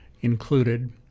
included